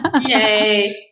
Yay